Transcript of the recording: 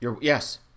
Yes